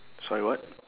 sorry what